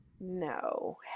no